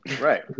right